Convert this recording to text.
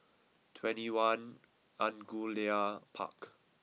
twenty one Angullia Park